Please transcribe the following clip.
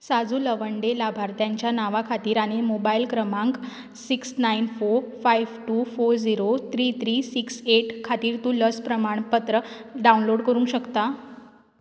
साजू लवंडे लाभार्थ्यांच्या नांवा खातीर आनी मोबायल क्रमांक six nine four five two four zero three three six eight खातीर तूं लस प्रमाणपत्र डावनलोड करूंक शकता